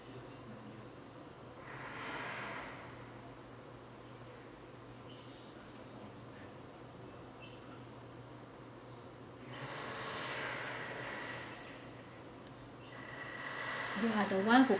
you are the one who